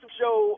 show